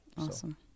Awesome